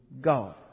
God